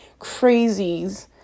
crazies